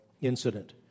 incident